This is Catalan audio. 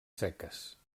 seques